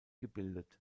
gebildet